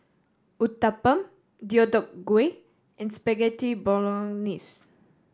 Uthapam Deodeok Gui and Spaghetti Bolognese